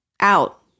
Out